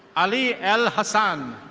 ali el hassan.